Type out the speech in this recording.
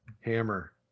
hammer